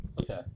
Okay